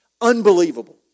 Unbelievable